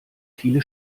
viele